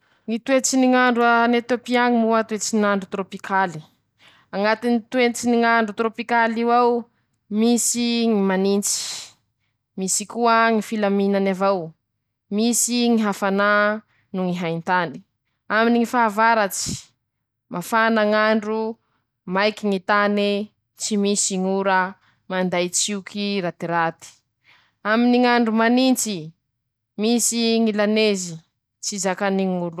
Ñy toetsy ny ñ'andro an'Etôpy añy moa: Toetsy n'andro torôpikaly, añatiny toetsy ny ñ'andro torôpikal'io ao, misy ñy manintsy, misy koa ñy filaminany avao, misy ñy hafanà noho ñy haintany, aminy ñy fahavaratsy mafana ñ'andro, maiky ñy tany, tsy misy ñ'ora, manday tsioky ratiraty, aminy ñ'andro manintsy, misy ñy lanezz tsy zakany.